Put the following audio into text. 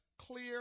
clear